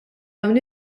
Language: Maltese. dawn